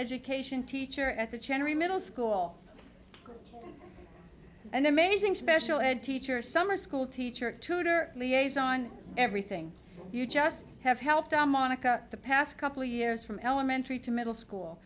education teacher at the general middle school an amazing special ed teacher summer school teacher tutor liaison everything you just have helped or monica the past couple years from elementary to middle school